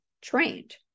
trained